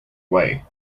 way